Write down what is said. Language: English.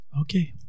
okay